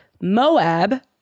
Moab